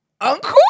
Uncle